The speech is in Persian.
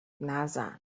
نزن